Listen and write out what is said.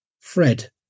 Fred